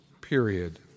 period